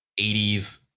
80s